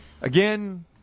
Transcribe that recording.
Again